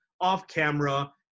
off-camera